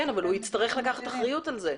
כן אבל הוא יצטרך לקחת אחריות על זה.